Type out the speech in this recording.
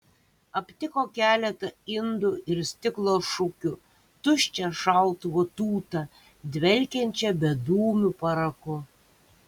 aptiko keletą indų ir stiklo šukių tuščią šautuvo tūtą dvelkiančią bedūmiu paraku